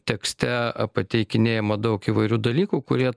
tekste apateikinėjema daug įvairių dalykų kurie